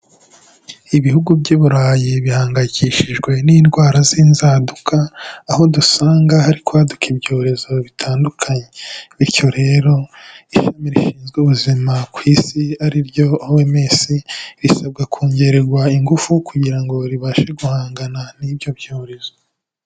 Ibihugu by'i Burayi bihangayikishijwe n'indwara z'inzaduka, aho dusanga hari kwaduka ibyorezo bitandukanye. Bityo rero, ishami rishinzwe ubuzima ku isi ari ryo OMS, risabwa kongererwa ingufu kugira ngo ribashe guhangana n'ibyo byorezo.